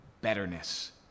betterness